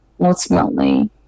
ultimately